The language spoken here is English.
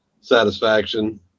satisfaction